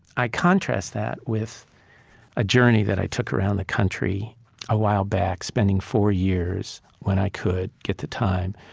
i contrast that with a journey that i took around the country a while back, spending four years when i could get the time,